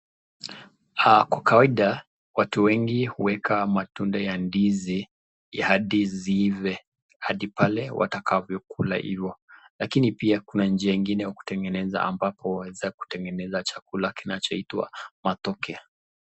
Kwa kawaida, watu wengi huweka matunda ya ndizi hadi ziive, hadi pale watakavyo kula ivo, lakini pia kuna njia ingine ya kutengeneza ambapo unaweza kutengeneza chakula kinachoitwa matoke .